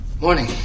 Morning